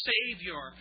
Savior